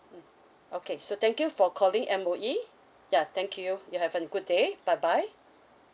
mm okay so thank you for calling M_O_E ya thank you you have a good day bye bye